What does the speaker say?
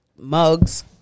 mugs